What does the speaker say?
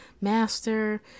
master